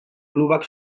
klubak